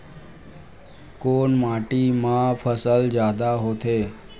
कोन माटी मा फसल जादा होथे?